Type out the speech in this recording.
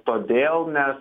todėl nes